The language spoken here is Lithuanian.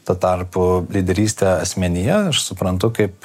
tuo tarpu lyderystę asmenyje aš suprantu kaip